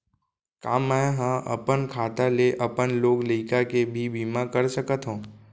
का मैं ह अपन खाता ले अपन लोग लइका के भी बीमा कर सकत हो